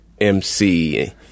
MC